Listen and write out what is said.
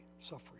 suffering